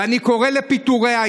ואני קורא לפיטוריה,